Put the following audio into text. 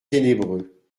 ténébreux